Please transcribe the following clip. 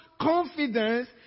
confidence